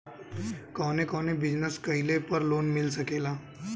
कवने कवने बिजनेस कइले पर लोन मिल सकेला?